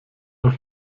doch